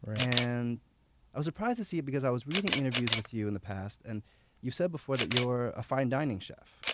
and i was surprised to see it because i was reading interviews with you in the past, and you said that you're a fine dining chef,